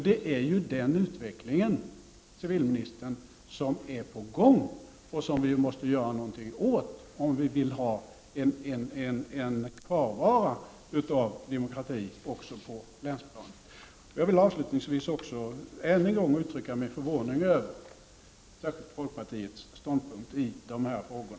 Det är den utvecklingen som är på gång, civilministern, och som vi måste göra någonting åt om vi vill ha en kvarvaro av demokrati också på länsplanet. Jag vill avslutningsvis ännu en gång uttrycka min förvåning över särskilt folkpartiets ståndpunkt i dessa frågor.